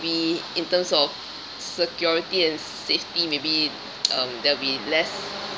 in terms of security and safety maybe um there'll be less